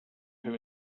who